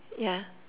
yeah